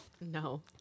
no